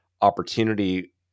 opportunity